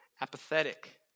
apathetic